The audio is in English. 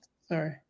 Sorry